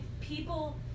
people